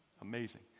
Amazing